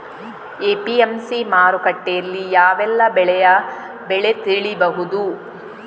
APMC ಮಾರುಕಟ್ಟೆಯಲ್ಲಿ ಯಾವೆಲ್ಲಾ ಬೆಳೆಯ ಬೆಲೆ ತಿಳಿಬಹುದು?